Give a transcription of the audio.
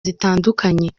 zitandukanye